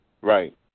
Right